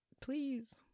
Please